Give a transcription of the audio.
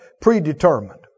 predetermined